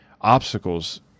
obstacles